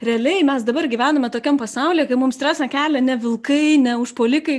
realiai mes dabar gyvename tokiam pasaulyje kai mums stresą kelia ne vilkai ne užpuolikai